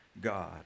God